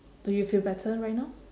do you feel better right now